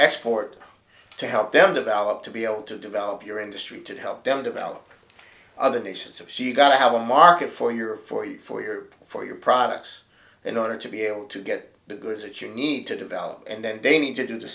export to help them develop to be able to develop your industry to help them develop other nations if she got to have a market for your for you for your for your products in order to be able to get the goods that you need to develop and then they need to do th